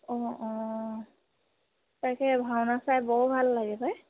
অঁ অঁ তাকে ভাওনা চাই বৰ ভাল লাগে পাই